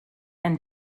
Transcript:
and